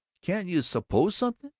can't you suppose something?